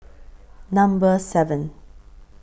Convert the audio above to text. Number seven